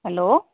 hello